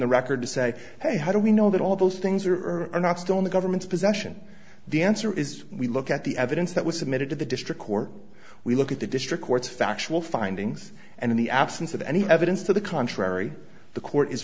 the record to say hey how do we know that all those things are not still in the government's possession the answer is we look at the evidence that was submitted to the district court we look at the district court's factual findings and in the absence of any evidence to the contrary the court is